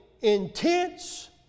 intense